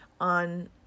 on